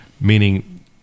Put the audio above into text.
Meaning